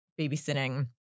babysitting